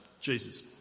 Jesus